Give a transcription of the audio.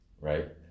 right